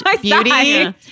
beauty